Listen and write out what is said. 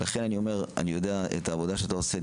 אני יודע את העבודה שאתה עושה.